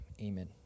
amen